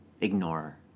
ignore